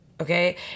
okay